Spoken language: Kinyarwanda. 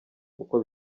uko